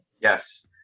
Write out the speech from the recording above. Yes